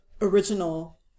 original